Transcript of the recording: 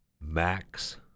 Max